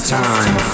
time